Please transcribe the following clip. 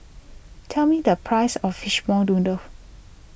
tell me the price of Fishball Noodle